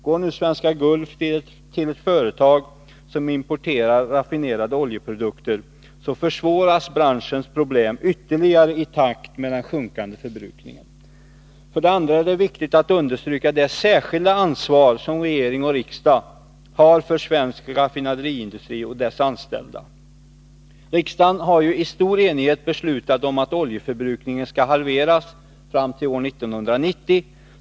Går nu Svenska Gulf till ett företag som importerar raffinerade oljeprodukter, så försvåras branschens problem ytterligare i takt med den sjunkande förbrukningen. För det andra är det viktigt att understryka det särskilda ansvar som regering och riksdag har för svensk raffinaderiindustri och dess anställda. Riksdagen har ju i stor enighet beslutat att oljeförbrukningen skall halveras fram till år 1990.